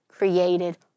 created